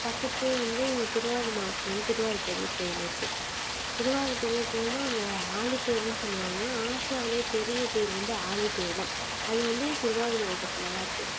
பக்கத்திலையே வந்து திருவாரூர் மாவட்டத்தில் வந்து திருவாரூர் பெரியக்கோயில் இருக்குது திருவாரூர் பெரியக்கோயில்னா அங்கே ஆழித்தேருன்னு சொல்லுவாங்க ஆசியாவிலேயே பெரியத்தேர் வந்து ஆழித்தேர் தான் அது வந்து திருவாரூர் மாவட்டத்தில் தான் இருக்குது